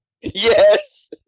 Yes